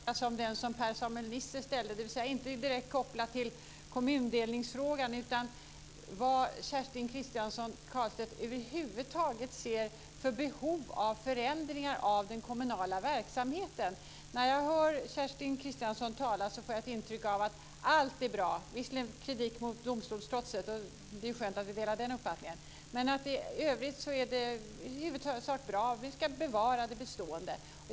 Fru talman! Jag har en likartad fråga som den Per Samuel Nisser ställde. Den är dock inte direkt kopplad till kommundelningsfrågan utan handlar snarare om vad Kerstin Kristiansson Karlstedt över huvud taget ser för behov av förändringar av den kommunala verksamheten. När jag hör Kerstin Kristiansson Karlstedt tala får jag intrycket att allt är bra. Visserligen framför hon kritik mot domstolstrotset, och det är ju skönt att vi delar den uppfattningen. Men i övrigt är det tydligen i huvudsak bra, och vi ska bevara det bestående.